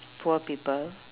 poor people